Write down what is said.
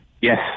Yes